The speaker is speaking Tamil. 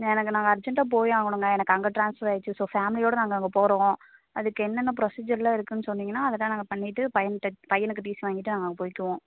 எனக்கு நாங்கள் அர்ஜெண்டாக போயாகணுங்க எனக்கு அங்கே ட்ரான்ஸ்ஃபர் ஆகிடுச்சி ஸோ ஃபேமலியோடு நாங்கள் அங்கே போகிறோம் அதுக்கு என்னென்ன ப்ரொசீஜரெலாம் இருக்குதுன்னு சொன்னீங்கன்னா அதெலாம் நாங்கள் பண்ணிவிட்டு பையன்கிட்ட பையனுக்கு டிசி வாங்கிவிட்டு நாங்கள் அங்கே போய்க்குவோம்